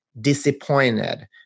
disappointed